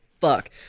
Fuck